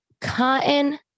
cotton